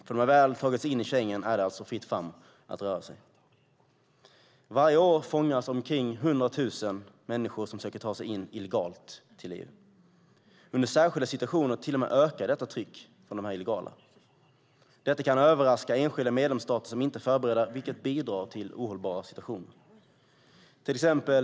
När man väl har tagit sig in i Schengen är det alltså fritt fram att röra sig. Varje år fångas omkring 100 000 människor som försöker ta sig in illegalt till EU. Under särskilda situationer till och med ökar detta tryck från dessa illegala. Detta kan överraska enskilda medlemsstater som inte är förberedda, vilket bidrar till ohållbara situationer.